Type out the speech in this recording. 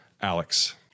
Alex